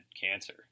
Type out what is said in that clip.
cancer